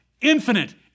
infinite